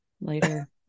later